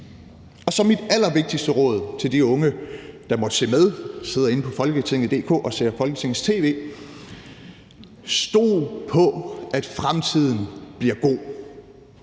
Og så mit allervigtigste råd til de unge, der måtte se med på www.ft.dk og ser tv fra Folketinget: Stol på, at fremtiden bliver god.